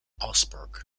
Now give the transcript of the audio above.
augsburg